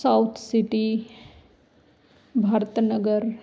south city Bharat Nagar